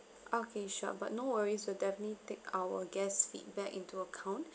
okay sure but no worries we'll definitely take our guest's feedback into account